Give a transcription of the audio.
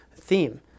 theme